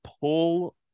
pull